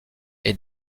est